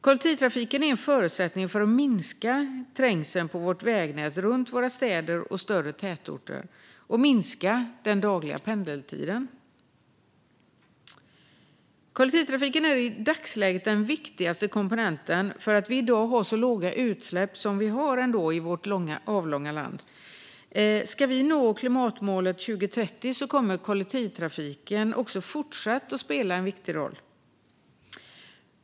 Kollektivtrafiken är en förutsättning för att minska trängseln på vårt vägnät runt städer och större tätorter och minska den dagliga pendeltiden. Kollektivtrafiken är den viktigaste faktorn bakom att vi i dag har så låga utsläpp som vi har. Ska vi nå klimatmålet till 2030 kommer kollektivtrafiken också fortsatt att spela en viktig roll.